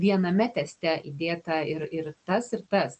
viename tekste įdėta ir ir tas ir tas